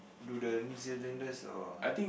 do the New-Zealanders or